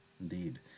Indeed